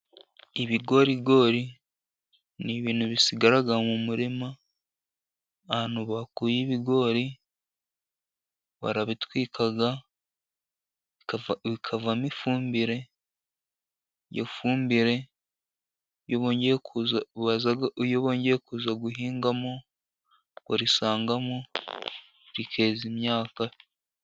Ibigorigori ni ibintu bisigara mu murima ahantu bakuye ibigori. Barabitwika bikavamo ifumbire. Iyo fumbire iyo bongeye kuza guhingamo, barisangamo rikeza imyaka.